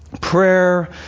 Prayer